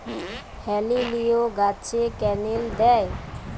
হেলিলিও গাছে ক্যানেল দেয়?